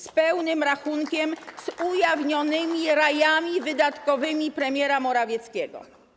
Z pełnym rachunkiem, z ujawnionymi rajami wydatkowymi premiera Morawieckiego.